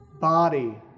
body